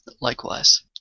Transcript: Likewise